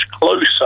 closer